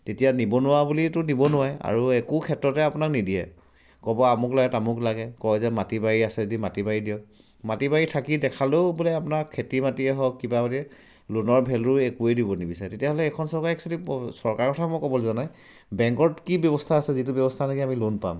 তেতিয়া নিবনুৱা বুলিতো দিব নোৱাৰে আৰু একো ক্ষেত্ৰতে আপোনাক নিদিয়ে ক'ব আমুক লাগে তামুক লাগে কয় যে মাটি বাৰী আছে যদি মাটি বাৰী দিয়ক মাটি বাৰী থাকি দেখালেও বোলে আপোনাক খেতি মাটিয়ে হওক কিবা মাটিয়ে লোনৰ ভেল্যু একোৱেই দিব নিবিচাৰে তেতিয়াহ'লে এইখন চৰকাৰে একচুৱেলি চৰকাৰৰ কথা মই ক'বলৈ যোৱা নাই বেংকৰত কি ব্যৱস্থা আছে যিটো ব্যৱস্থা নেকি আমি লোন পাম